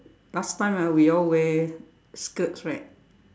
last time ah we all wear skirts right